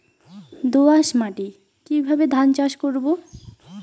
দোয়াস মাটি কিভাবে ধান চাষ করব?